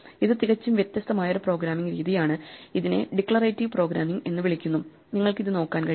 ഇത് തികച്ചും വ്യത്യസ്തമായ ഒരു പ്രോഗ്രാമിംഗ് രീതിയാണ് ഇതിനെ ഡിക്ലറേറ്റീവ് പ്രോഗ്രാമിംഗ് എന്ന് വിളിക്കുന്നു നിങ്ങൾക്ക് ഇത് നോക്കാൻ കഴിയും